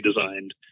designed